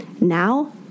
Now